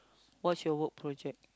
what's your work project